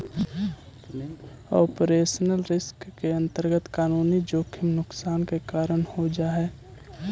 operational risk के अंतर्गत कानूनी जोखिम नुकसान के कारण हो जा हई